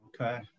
Okay